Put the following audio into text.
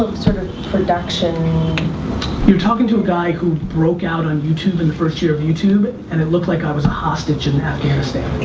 sort of production? you're talking to a guy who broke out on youtube in the first year of youtube, and it looked like i was a hostage in afghanistan.